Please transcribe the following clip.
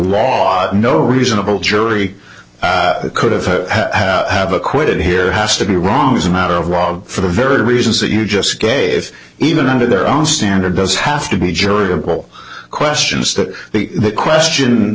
law no reasonable jury could have have acquitted here has to be wrong as a matter of law for the very reasons that you just gave even under their own standard does have to be juridical questions to the question